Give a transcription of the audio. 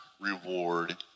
reward